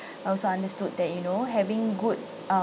I also understood that you know having good um